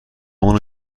مون